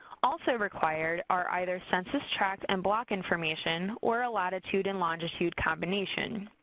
also required are either census tract and block information or a latitude and longitude combination.